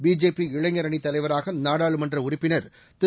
BJP இளைஞர் அணித் தலைவராக நாடாளுமன்ற உறுப்பினர் திரு